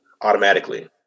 automatically